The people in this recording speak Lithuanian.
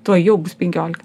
tuojau bus penkiolika